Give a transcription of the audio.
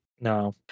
No